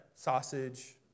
Sausage